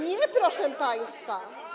Nie, proszę państwa.